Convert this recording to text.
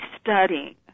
studying